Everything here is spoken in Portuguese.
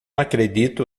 acredito